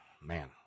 man